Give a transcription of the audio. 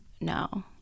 no